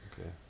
okay